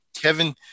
Kevin